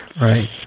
right